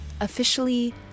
officially